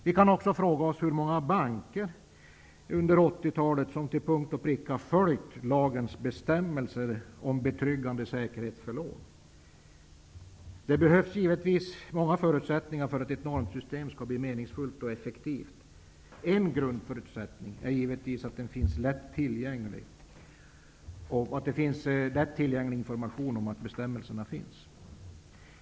Vi kan också fråga oss hur många banker som under 80-talet till punkt och pricka följt lagens bestämmelser om betryggande säkerhet för lån. Det krävs givetvis att många förutsättningar är för handen för att ett normsystem skall bli meningsfullt och effektivt. En grundförutsättning är naturligtvis lätt tillgänglig information om att bestämmelserna finns.